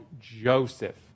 Joseph